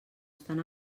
estan